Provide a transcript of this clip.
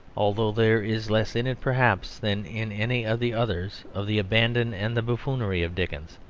although there is less in it perhaps than in any of the others of the abandon and the buffoonery of dickens,